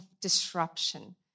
disruption